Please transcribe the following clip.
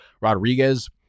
rodriguez